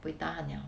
buey tahan liao